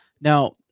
Now